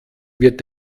wird